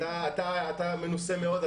מאיר, אתה מנוסה מאוד.